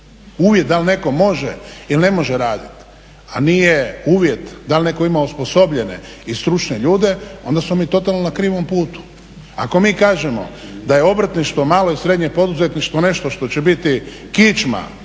uvjet dal neko može ili ne može raditi a nije uvjet da li neko ima osposobljene i stručne ljude onda smo mi totalno na krivom putu. Ako mi kažemo da je obrtništvo, malo i srednje poduzetništvo nešto što će biti kičma